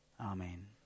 Amen